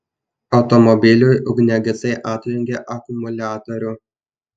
automobiliui ugniagesiai atjungė akumuliatorių